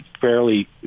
fairly